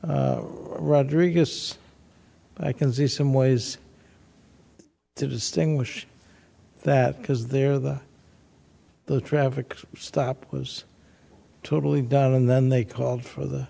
because rodriguez i can see some ways to distinguish that because they're the the traffic stop was totally done and then they called for the